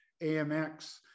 AMX